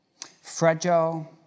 Fragile